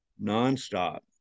non-stop